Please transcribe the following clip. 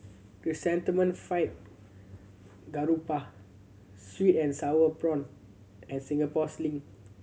Chrysanthemum Fried Garoupa sweet and sour prawn and Singapore Sling